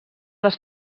les